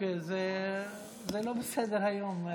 זה לא בסדר-היום.